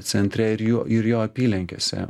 centre ir jų ir jo apylinkėse